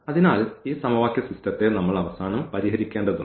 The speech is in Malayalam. അതിനാൽ ഈ സമവാക്യ സിസ്റ്റത്തെ നമ്മൾ അവസാനം പരിഹരിക്കേണ്ടതുണ്ട്